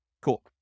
Cool